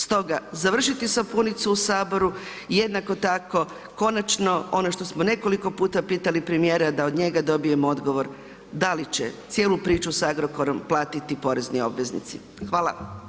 Stoga, završiti sapunicu u Saboru, jednako tako konačno ono što smo nekoliko puta pitali premijera da od njega dobijemo odgovor da li će cijelu priču sa Agrokorom platiti porezni obveznici.